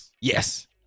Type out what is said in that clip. Yes